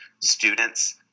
students